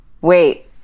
Wait